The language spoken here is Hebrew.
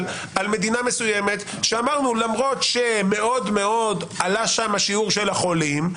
על מדינה מסוימת שאמרנו: למרות שמאוד מאוד עלה שם השיעור של החולים,